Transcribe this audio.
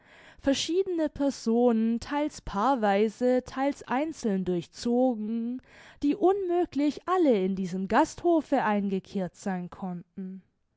verschiedene personen theils paarweise theils einzeln durchzogen die unmöglich alle in diesem gasthofe eingekehrt sein konnten